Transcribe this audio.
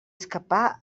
escapar